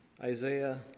Isaiah